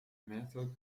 method